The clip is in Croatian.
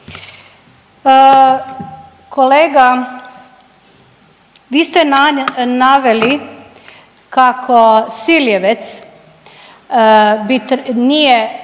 Kolega vi ste naveli kako Siljevec nije